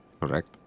correct